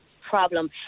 problem